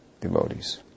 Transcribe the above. devotees